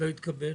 לא התקבל.